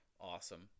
awesome